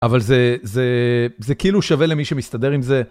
אבל זה כאילו שווה למי שמסתדר עם זה